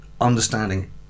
understanding